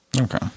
Okay